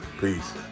Peace